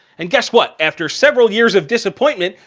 and guess what? after several years of disappointment,